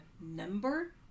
number